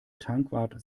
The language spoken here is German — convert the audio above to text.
tankwart